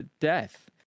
death